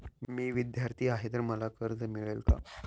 मी विद्यार्थी आहे तर मला कर्ज मिळेल का?